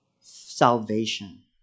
salvation